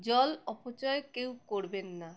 জল অপচয় কেউ করবেন না